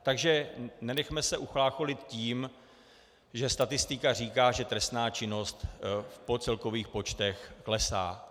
Takže nenechme se uchlácholit tím, že statistika říká, že trestná činnost v celkových počtech klesá.